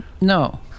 no